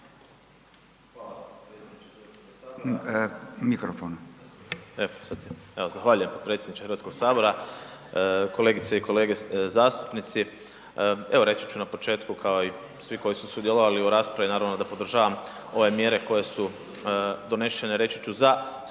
potpredsjedniče Hrvatskog sabora.